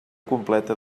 completa